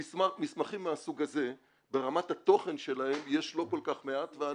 שמסמכים מהסוג הזה ברמת התוכן שלהם יש לא כל כך מעט ואני,